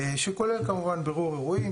שכולל כמובן בירור אירועים,